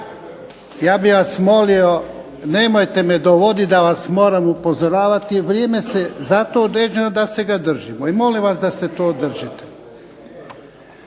Ja bih vas molio nemojte me dovoditi da vas moram upozoravati, vrijeme je zato određeno da se ga držimo i molim vas da se toga držite.